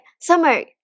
Summer